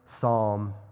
psalm